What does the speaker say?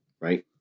right